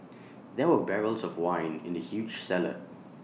there were barrels of wine in the huge cellar